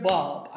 Bob